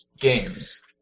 games